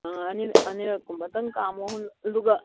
ꯑꯥ ꯑꯅꯤꯔꯛꯀꯨꯝꯕꯗꯪ ꯀꯥꯝꯃꯣ ꯑꯗꯨꯒ